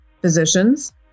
physicians